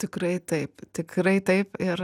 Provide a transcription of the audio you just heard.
tikrai taip tikrai taip ir